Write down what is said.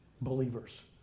believers